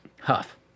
Huff